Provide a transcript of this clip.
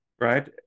right